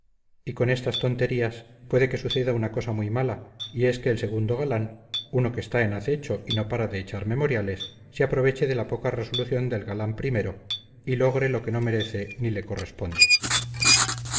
y con estas tonterías puede que suceda una cosa muy mala y es que el segundo galán uno que está en acecho y no para de echar memoriales se aproveche de la poca resolución del galán primero y logre lo que no merece ni le corresponde